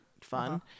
fun